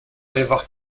prévoir